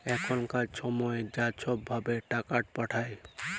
এখলকার ছময়ে য ছব ভাবে টাকাট পাঠায়